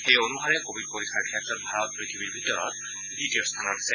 সেই অনুসাৰে কোৱিড পৰীক্ষাৰ ক্ষেত্ৰত ভাৰত পৃথিৱীৰ ভিতৰত দ্বিতীয় স্থানত আছে